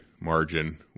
margin